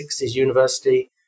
university